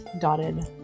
dotted